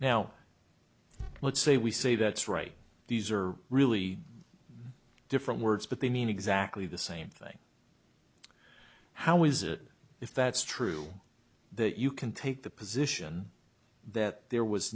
now let's say we say that's right these are really different words but they mean exactly the same thing how is it if that's true that you can take the position that there was